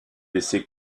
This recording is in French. laisser